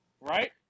Right